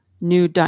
new